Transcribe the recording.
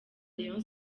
rayon